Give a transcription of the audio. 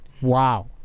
wow